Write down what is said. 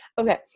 Okay